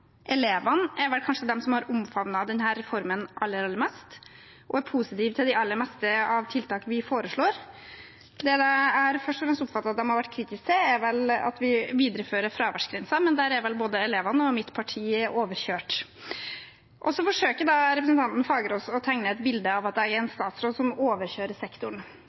Elevene er vel kanskje de som har omfavnet denne reformen aller mest og er positive til det aller meste av tiltak vi foreslår. Det jeg først og fremst har oppfattet at de har vært kritiske til, er vel at vi viderefører fraværsgrensen, men der er både elevene og mitt parti overkjørt. Så forsøker representanten Fagerås å tegne et bilde av at jeg er en statsråd som overkjører sektoren.